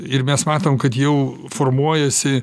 ir mes matom kad jau formuojasi